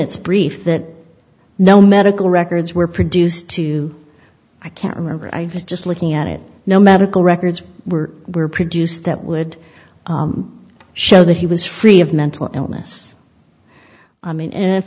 its brief that no medical records were produced to i can't remember i was just looking at it no medical records were were produced that would show that he was free of mental illness i mean if